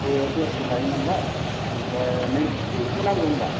प'वायाव देरस' लायो नालाय ओमफ्राय नोंनो सिंगिखौ नांगौ होनबा